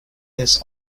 this